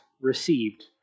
received